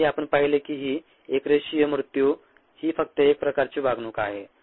त्याआधी आपण पाहिले की ही एकरेषीय मृत्यु ही फक्त एक प्रकारची वागणूक आहे